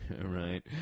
Right